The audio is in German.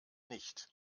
nicht